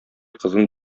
кызын